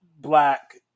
black